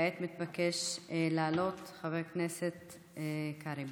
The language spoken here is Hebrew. כעת מתבקש לעלות חבר הכנסת קרעי,